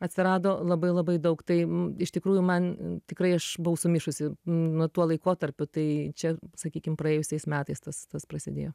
atsirado labai labai daug tai i iš tikrųjų man tikrai aš buvau sumišusi n nuo tuo laikotarpiu tai čia sakykim praėjusiais metais tas tas prasidėjo